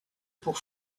pour